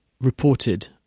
reported